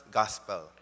gospel